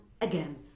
again